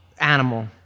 animal